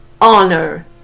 honor